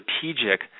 strategic